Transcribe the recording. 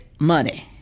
Money